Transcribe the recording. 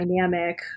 dynamic